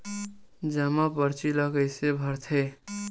जमा परची ल कइसे भरथे?